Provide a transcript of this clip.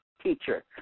teacher